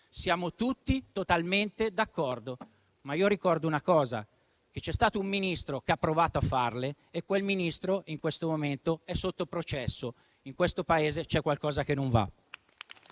Siamo tutti totalmente d'accordo. Ma io ricordo una cosa: c'è stato un Ministro che ha provato a fare queste cose e quel Ministro, in questo momento, è sotto processo. In questo Paese c'è qualcosa che non va.